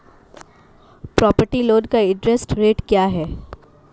Property loan का interest rate क्या है?